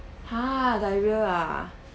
!huh! diarrhea ah